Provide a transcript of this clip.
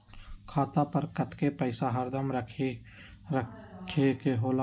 खाता पर कतेक पैसा हरदम रखखे के होला?